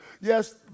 Yes